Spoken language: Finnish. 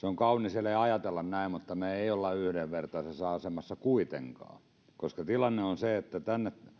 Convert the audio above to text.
on kaunis ele ajatella näin mutta me emme ole yhdenvertaisessa asemassa kuitenkaan koska tilanne on se että kun tänne